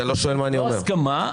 לא הסכמה.